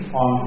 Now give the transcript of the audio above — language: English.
on